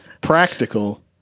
practical